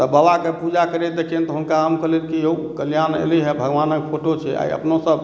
तऽ बाबाके पूजा करैत देखियैन तऽ हुनका हम कहलियैन्ह यौ कल्याण एलै हेँ भगवानक फोटो छै आइ अपनोसभ